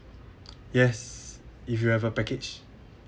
yes if you have a package